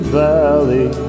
valley